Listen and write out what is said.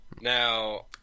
now